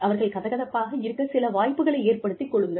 அவர்கள் கதகதப்பாக இருக்க சில வாய்ப்புகளை ஏற்படுத்திக் கொடுங்கள்